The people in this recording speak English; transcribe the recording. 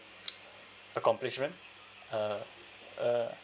accomplishment uh uh